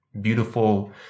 beautiful